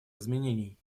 изменений